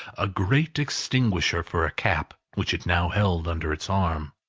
a great extinguisher for a cap, which it now held under its arm.